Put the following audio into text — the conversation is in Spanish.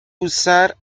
usar